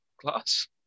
class